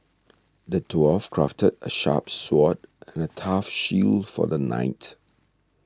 the dwarf crafted a sharp sword and a tough shield for the knight